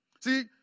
See